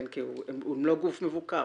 כי הם לא גוף מבוקר,